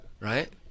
right